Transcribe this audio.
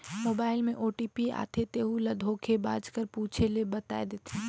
mobile में OTP आथे तेहू ल धोखेबाज कर पूछे ले बताए देथे